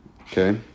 okay